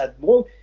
more